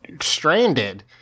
stranded